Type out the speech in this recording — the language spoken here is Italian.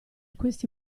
questi